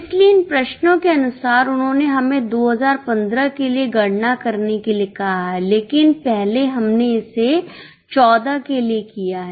इसलिए इन प्रश्नों के अनुसार उन्होंने हमें 2015 के लिए गणना करने के लिए कहा है लेकिन पहले हमने इसे 14 के लिए किया है